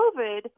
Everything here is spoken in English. COVID